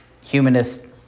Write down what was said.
Humanist